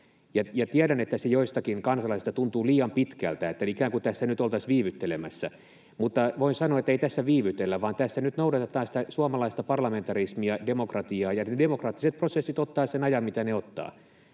Ja tiedän, että se joistakin kansalaisista tuntuu liian pitkältä, ikään kuin tässä nyt oltaisiin viivyttelemässä. Mutta voin sanoa, että ei tässä viivytellä, vaan tässä nyt noudatetaan sitä suomalaista parlamentarismia ja demokratiaa, ja demokraattiset prosessit ottavat sen ajan, minkä ne ottavat: